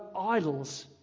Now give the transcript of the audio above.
idols